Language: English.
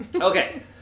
Okay